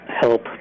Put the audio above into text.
help